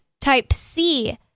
Type-C